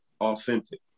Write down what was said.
authentic